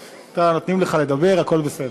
אתה, נותנים לך לדבר, הכול בסדר.